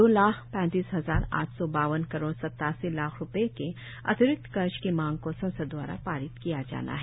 दो लाख पैंतीस हजार आठ सौ बावन करोड सत्तासी लाख रूपये के अतिरिकृत खर्च की मांग को संसद द्वारा पारित किया जाना है